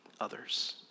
others